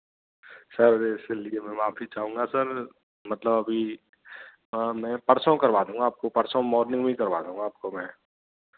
sir इसके लिए मैं माफ़ी चाहूँगा सर मतलब अभी हाँ मैं परसों करवा दूँगा आपको परसों मॉर्निंग में ही करवा दूँगा आपको मैं